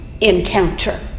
encounter